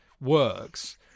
works